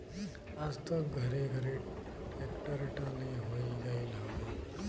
आज त घरे घरे ट्रेक्टर टाली होई गईल हउवे